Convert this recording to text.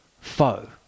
foe